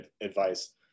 advice